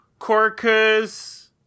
Corcus